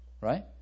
right